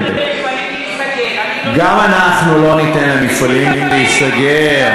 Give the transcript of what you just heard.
אנחנו לא נתנו למפעלים להיסגר.